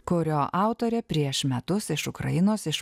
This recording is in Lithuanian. kurio autorė prieš metus iš ukrainos iš